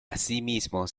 asimismo